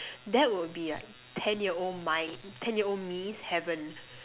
that would be like ten year old my ten year old me's heaven